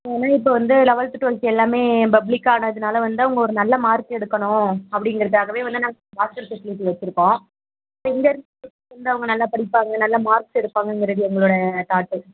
ஏன்னா இப்போ வந்து லெவல்த்து டுவல்த்து எல்லாமே பப்ளிக் ஆனதுனால வந்து அவங்க ஒரு நல்ல மார்க் எடுக்கணும் அப்படிங்கிறதுக்காகவே வந்து நாங்கள் ஹாஸ்டல் ஃபெசிலிட்டி வச்சிருக்கோம் இப்போ இங்கே இருந் இருந்து அவங்க நல்லா படிப்பாங்க நல்ல மார்க்ஸ் எடுப்பாங்கங்கறது எங்களோட தாட்டு